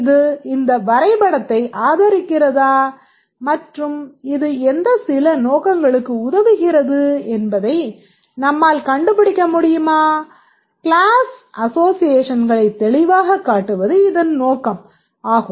இது இந்த வரைபடத்தை ஆதரிக்கிறதா மற்றும் இது எந்த சில நோக்கங்களுக்கு உதவுகிறது என்பதை நம்மால் கண்டு பிடிக்க முடியுமா க்ளாஸ் அசோஸியேஷன்களைத் தெளிவாகக் காட்டுவது இதன் நோக்கம் ஆகும்